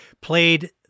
played